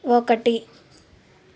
ఒకటి